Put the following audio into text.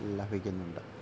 ലഭിക്കുന്നുണ്ട്